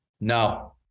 No